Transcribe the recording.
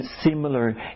similar